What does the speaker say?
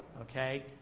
okay